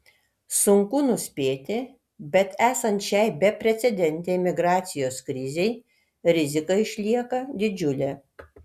sunku nuspėti bet esant šiai beprecedentei migracijos krizei rizika išlieka didžiulė